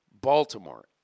Baltimore